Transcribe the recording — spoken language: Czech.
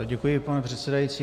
Děkuji, pane předsedající.